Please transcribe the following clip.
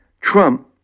Trump